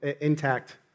intact